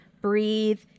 breathe